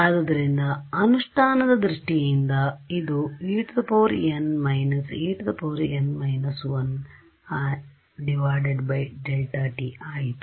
ಆದ್ದರಿಂದ ಅನುಷ್ಠಾನದ ದೃಷ್ಟಿಯಿಂದ ಇದುEn − En−1Δt ಆಯಿತು